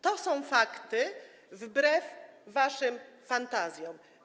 To są fakty wbrew waszym fantazjom.